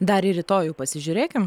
dar į rytojų pasižiūrėkim